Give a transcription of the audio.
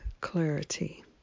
clarity